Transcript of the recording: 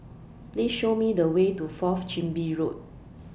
Please Show Me The Way to Fourth Chin Bee Road